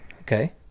Okay